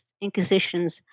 Inquisitions